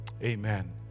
Amen